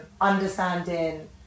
understanding